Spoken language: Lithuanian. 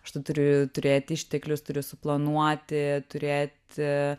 aš tu turi turėti išteklius turiu suplanuoti turėti